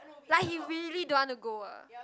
like he really don't want to go ah